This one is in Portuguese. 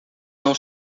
são